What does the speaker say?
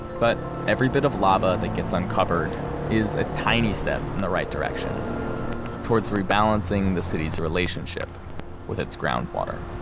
but every bit of lava that gets uncovered is a tiny step in the right direction towards rebalancing the city's relationship with its groundwater